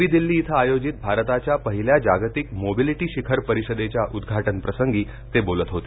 नवी दिल्ली इथं आयोजित भारताच्या पहिल्या जागतिक मोबिलिटी शिखर परिषदेच्या उद्घाटनप्रसंगी ते बोलत होते